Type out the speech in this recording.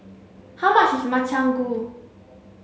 how much is Makchang Gui